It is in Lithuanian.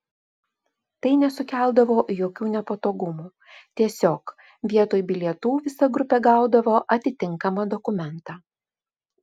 tai nesukeldavo jokių nepatogumų tiesiog vietoj bilietų visa grupė gaudavo atitinkamą dokumentą